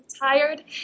tired